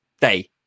day